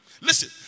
Listen